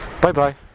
Bye-bye